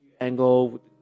angle